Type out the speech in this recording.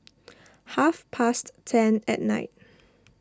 half past ten at night